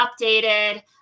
updated